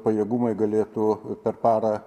pajėgumai galėtų per parą